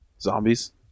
Zombies